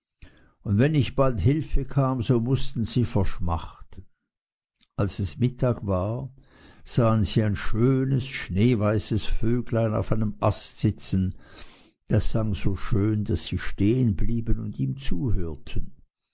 und wenn nicht bald hilfe kam so mußten sie verschmachten als es mittag war sahen sie ein schönes schneeweißes vöglein auf einem ast sitzen das sang so schön daß sie stehen blieben und ihm zuhörten